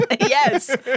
Yes